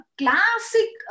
classic